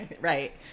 Right